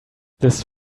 this